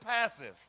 passive